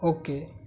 okay